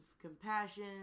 compassion